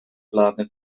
plane